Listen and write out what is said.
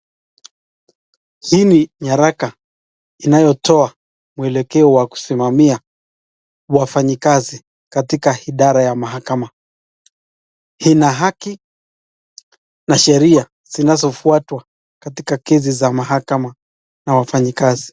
Hii ni nyaraka, inayotoa mwelekeo wa kusimamia wafanyikazi katika idara ya mahakama. Ina haki na sheria zinazofwatwa katika kesi za mahakama na wafanyikazi.